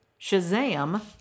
Shazam